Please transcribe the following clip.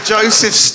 Joseph